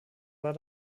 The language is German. war